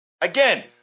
again